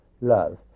love